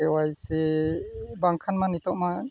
ᱠᱮᱹ Y C ᱵᱟᱝᱠᱷᱟᱱᱢᱟ ᱱᱤᱛᱳᱜᱢᱟ